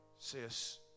sis